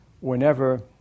whenever